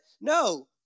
No